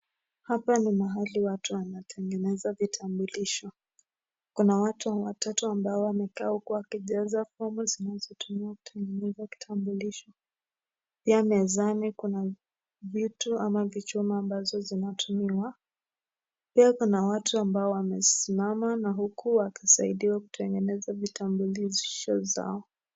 Hapa ni mahali watu wanatengeneza vitambulisho kuna watu wa watoto ambao wamekaa huku wakijaza fomu zinazotumika kutengeneza vitambulisho, pia mezani kuna vitu au vichuma ambazo vinatumiwa, pia kuna watu ambao wamesimama huku wakisaidiwa kutengeneza vitambulisho zao.